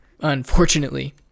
unfortunately